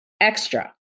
extra